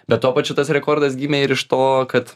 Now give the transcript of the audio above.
bet tuo pačiu tas rekordas gimė ir iš to kad